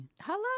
Hello